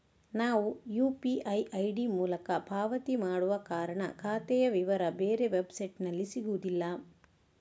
ನಾವು UPI ID ಮೂಲಕ ಪಾವತಿ ಮಾಡುವ ಕಾರಣ ಖಾತೆಯ ವಿವರ ಬೇರೆ ವೆಬ್ಸೈಟಿಗೆ ಸಿಗುದಿಲ್ಲ